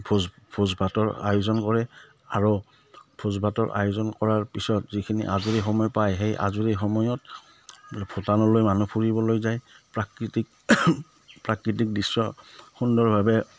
ভোজ ভোজ ভাতৰ আয়োজন কৰে আৰু ভোজ ভাতৰ আয়োজন কৰাৰ পিছত যিখিনি আজৰি সময় পায় সেই আজৰি সময়ত ভূটানলৈ মানুহ ফুৰিবলৈ যায় প্ৰাকৃতিক প্ৰাকৃতিক দৃশ্য সুন্দৰভাৱে